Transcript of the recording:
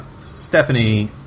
Stephanie